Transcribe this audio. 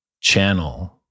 channel